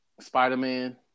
Spider-Man